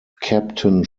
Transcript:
captain